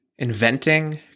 Inventing